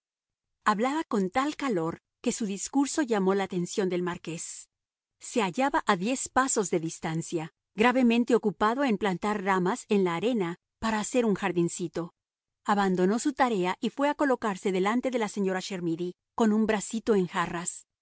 hablaba con tal calor que su discurso llamó la atención del marqués se hallaba a diez pasos de distancia gravemente ocupado en plantar ramas en la arena para hacer un jardincito abandonó su tarea y fue a colocarse delante de la señora chermidy con un bracito en jarras